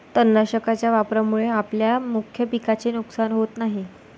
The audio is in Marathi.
तणनाशकाच्या वापरामुळे आपल्या मुख्य पिकाचे नुकसान होत नाही